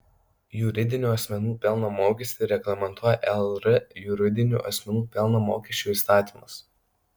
juridinių asmenų pelno mokestį reglamentuoja lr juridinių asmenų pelno mokesčio įstatymas